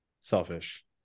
selfish